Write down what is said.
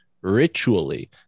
ritually